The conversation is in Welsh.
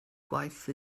gwaith